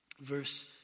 verse